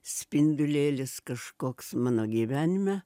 spindulėlis kažkoks mano gyvenime